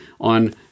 on